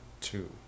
Two